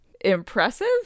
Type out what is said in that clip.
impressive